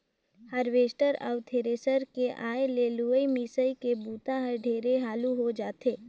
harvester अउ thresher के आए ले लुवई, मिंसई के बूता हर ढेरे हालू हो जाथे